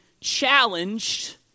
challenged